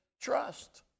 trust